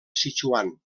sichuan